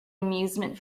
amusement